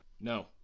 No